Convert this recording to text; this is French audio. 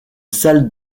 salle